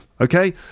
okay